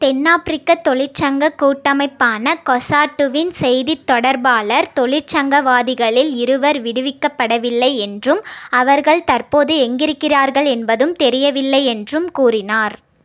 தென்னாப்பிரிக்க தொழிற்சங்க கூட்டமைப்பான கொசாட்டுவின் செய்தித் தொடர்பாளர் தொழிற்சங்கவாதிகளில் இருவர் விடுவிக்கப்படவில்லை என்றும் அவர்கள் தற்போது எங்கிருக்கிறார்கள் என்பதும் தெரியவில்லை என்றும் கூறினார்